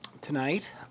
tonight